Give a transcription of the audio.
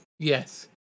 Yes